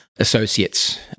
associates